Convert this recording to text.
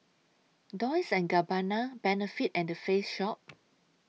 Dolce and Gabbana Benefit and The Face Shop